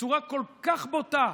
בצורה כל כך בוטה,